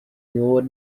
nord